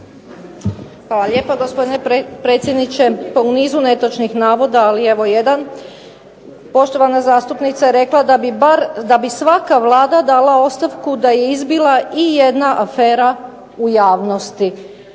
Hvala lijepo gospodine predsjedniče, u nizu netočnih navoda, ali evo jedan, gospođa zastupnica je rekla da bi svaka Vlada dala ostavku da je izbila ijedna afera u javnosti,